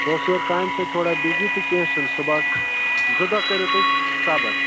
بہٕ اوسُس یوٗر کامہِ سۭتۍ تھوڑا بِزی تہٕ کیٚنٛہہ چھُنہٕ صُبحس زٕ دۄہ کٔرِو تُہۍ صبٕر